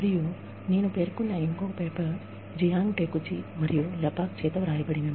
మరియు నేను పేర్కొన్న ఇంకో పేపర్ జియాంగ్ టేకుచి మరియు లెపాక్ చేత వ్రాయబడినవి